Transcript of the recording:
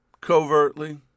covertly